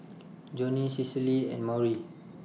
Joni Cicely and Maury